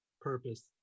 purpose